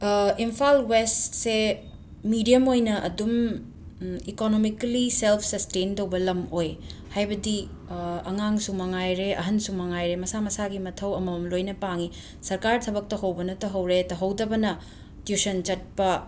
ꯏꯝꯐꯥꯜ ꯋꯦꯁꯠꯁꯦ ꯃꯤꯗ꯭ꯌꯝ ꯑꯣꯏꯅ ꯑꯗꯨꯝ ꯏꯀꯣꯅꯤꯃꯤꯀꯂꯤ ꯁꯦꯜꯐ ꯁꯁꯇꯦꯟ ꯇꯧꯕ ꯂꯝ ꯑꯣꯏ ꯍꯥꯏꯕꯗꯤ ꯑꯉꯥꯡꯁꯨ ꯃꯉꯥꯏꯔꯦ ꯑꯍꯟꯁꯨ ꯃꯉꯥꯏꯔꯦ ꯃꯁꯥ ꯃꯁꯥꯒꯤ ꯃꯊꯧ ꯑꯃꯃꯝ ꯂꯣꯏꯅ ꯄꯥꯡꯏ ꯁꯔꯀꯥꯔ ꯊꯕꯛ ꯇꯧꯍꯧꯕꯅ ꯇꯧꯍꯧꯔꯦ ꯇꯧꯍꯧꯗꯕꯅ ꯇ꯭ꯌꯨꯁꯟ ꯆꯠꯄ